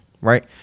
right